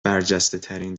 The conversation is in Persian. برجستهترین